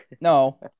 no